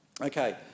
Okay